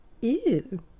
Ew